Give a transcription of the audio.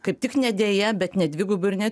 kaip tik ne deja bet ne dvigubai ir ne